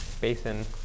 basin